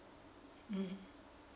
mm